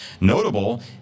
Notable